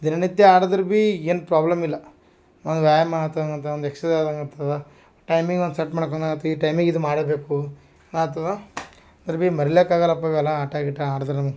ದಿನನಿತ್ಯ ಆಡಿದ್ರೆ ಬಿ ಏನು ಪ್ರಾಬ್ಲಮ್ ಇಲ್ಲ ಒಂದು ವ್ಯಾಯಾಮಾತ ಒಂದು ಎಕ್ಸ್ ಸೈಜ್ ಆದಂಗಾಗ್ತದೆ ಟೈಮಿಗೆ ಒಂದು ಸಟ್ ಮಾಡ್ಕೊಂಡು ಈ ಟೈಮಿಗೆ ಇದು ಮಾಡಬೇಕು ಆತ್ತದ ಅವ್ರ್ ಬಿ ಮರಿಲಕ್ಕೆ ಆಗಲ್ಲಪ ಇವೆಲ್ಲ ಆಟ ಗೀಟ ಆಡಿದ್ರೂನು